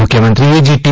મુખ્યમંત્રીએ જે ટી